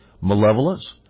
malevolence